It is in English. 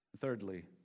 Thirdly